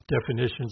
Definitions